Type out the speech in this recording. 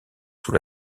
sous